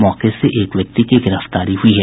मौके से एक व्यक्ति की गिरफ्तारी हुई है